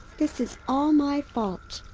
this is all my fault.